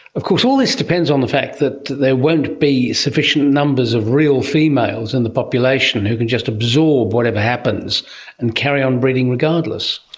of course all this depends on the fact that there won't be sufficient numbers of real females in the population who can just absorb whatever happens and carry on breeding regardless.